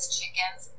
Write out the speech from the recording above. chickens